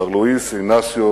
מר לואיס אינאסיו